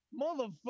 motherfucker